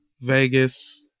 Vegas